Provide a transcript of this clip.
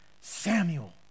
Samuel